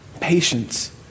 Patience